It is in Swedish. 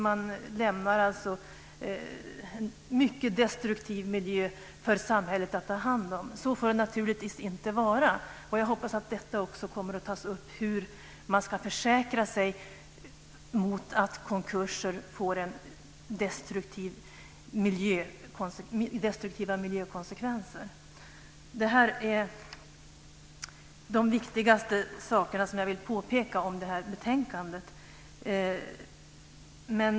Man lämnar alltså en mycket destruktiv miljö för samhället att ta hand om. Så får det naturligtvis inte vara. Jag hoppas att detta också kommer att tas upp, alltså hur man ska försäkra sig mot att konkurser får destruktiva miljökonsekvenser. Det här är de viktigaste sakerna som jag vill påpeka om det här betänkandet.